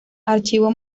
archivo